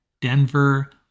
Denver